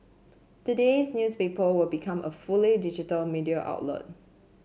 today's newspaper will become a fully digital media outlet